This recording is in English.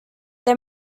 they